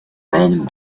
roman